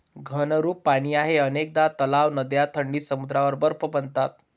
घनरूप पाणी आहे अनेकदा तलाव, नद्या थंडीत समुद्रावर बर्फ बनतात